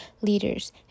leaders